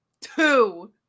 Two